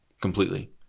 Completely